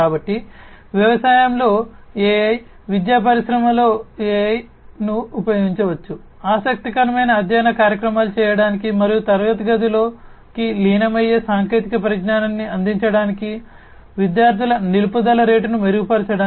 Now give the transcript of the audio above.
కాబట్టి వ్యవసాయంలో AI విద్యా పరిశ్రమలో AI ను ఉపయోగించవచ్చు ఆసక్తికరమైన అధ్యయన కార్యక్రమాలు చేయడానికి మరియు తరగతి గదిలోకి లీనమయ్యే సాంకేతిక పరిజ్ఞానాన్ని అందించడానికి విద్యార్థుల నిలుపుదల రేటును మెరుగుపరచడానికి